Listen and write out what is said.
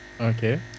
Okay